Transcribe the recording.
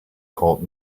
called